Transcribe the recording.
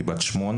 היא בת 8,